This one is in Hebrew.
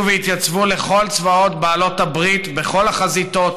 והתגייסו לכל צבאות בעלות הברית בכל החזיתות,